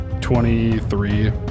Twenty-three